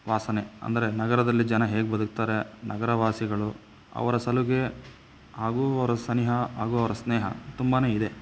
ವಾಸನೆ ಅಂದರೆ ನಗರದಲ್ಲಿ ಜನ ಹೇಗೆ ಬದುಕ್ತಾರೆ ನಗರವಾಸಿಗಳು ಅವರ ಸಲಿಗೆ ಹಾಗೂ ಅವರ ಸನಿಹ ಹಾಗು ಅವರ ಸ್ನೇಹ ತುಂಬ ಇದೆ